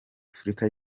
afurika